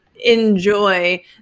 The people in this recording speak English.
enjoy